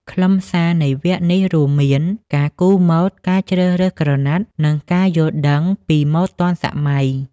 ខ្លឹមសារនៃវគ្គនេះរួមមាន ការគូរម៉ូដ ការជ្រើសរើសក្រណាត់ និងការយល់ដឹងពីម៉ូដទាន់សម័យ។